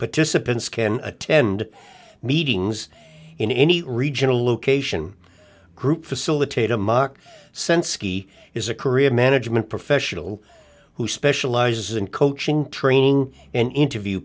disciplines can attend meetings in any regional location group facilitate a mock since he is a career management professional who specializes in coaching training and interview